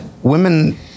Women